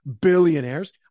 billionaires